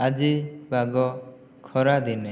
ଆଜି ପାଗ ଖରାଦିନେ